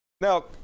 Now